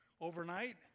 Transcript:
overnight